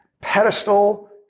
pedestal